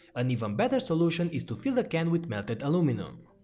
an even better solution is to fill the can with melted aluminum.